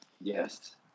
Yes